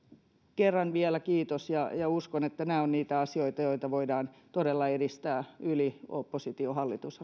kerran vielä kiitos ja ja uskon että nämä ovat niitä asioita joita voidaan todella edistää yli oppositio hallitus